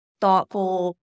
thoughtful